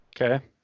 Okay